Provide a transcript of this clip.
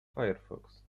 firefox